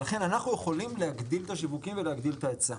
אנחנו יכולים להגדיל את השיווקים ולהגדיל את ההיצע.